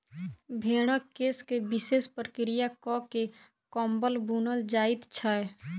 भेंड़क केश के विशेष प्रक्रिया क के कम्बल बुनल जाइत छै